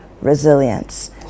resilience